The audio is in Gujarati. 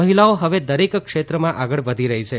મહિલાઓ હવે દરેક ક્ષેત્રમાં આગળ વધી રહી છે